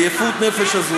היפות-נפש הזאת.